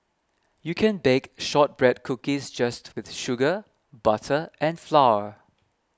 you can bake Shortbread Cookies just with sugar butter and flour